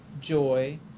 joy